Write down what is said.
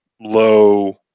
low